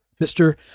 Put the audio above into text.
Mr